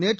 நேற்று